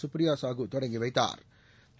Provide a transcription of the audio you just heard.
சுப்ரியா சாஹூ தொடங்கி வைத்தாா்